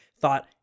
thought